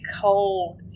cold